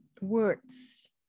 words